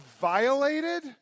violated